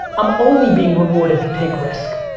i'm only being rewarded to take risk.